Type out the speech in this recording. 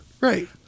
Right